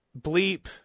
bleep